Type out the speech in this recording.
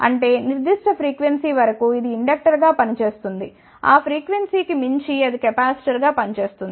అంటే నిర్దిష్ట ఫ్రీక్వెన్సీ వరకు ఇది ఇండక్టర్ గా పని చేస్తుంది ఆ ఫ్రీక్వెన్సీ కి మించి అది కెపాసిటర్గా పని చేస్తుంది